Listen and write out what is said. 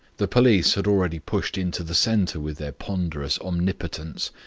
the police had already pushed into the centre with their ponderous omnipotence,